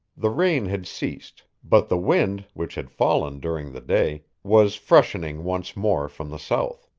the rain had ceased, but the wind, which had fallen during the day, was freshening once more from the south.